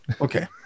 Okay